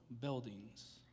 buildings